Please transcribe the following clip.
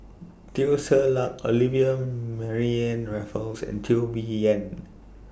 Teo Ser Luck Olivia Mariamne Raffles and Teo Bee Yen